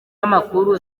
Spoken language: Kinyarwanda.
amakuru